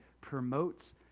promotes